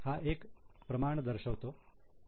हा एक प्रमाण दर्शवतो पण इ